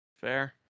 Fair